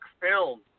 film